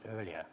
earlier